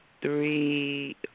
three